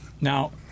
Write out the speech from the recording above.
Now